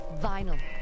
vinyl